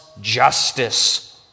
justice